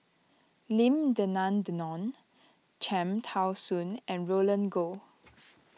Lim Denan Denon Cham Tao Soon and Roland Goh